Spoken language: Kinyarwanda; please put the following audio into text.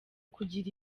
kugira